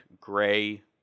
gray